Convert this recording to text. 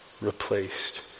replaced